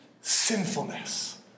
sinfulness